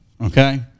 Okay